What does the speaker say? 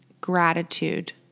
gratitude